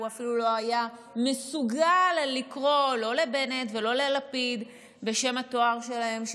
והוא אפילו לא היה מסוגל לקרוא לא לבנט ולא ללפיד בשם התואר שלהם,